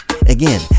Again